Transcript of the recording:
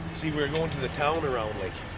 see, we were going to the town of round lake.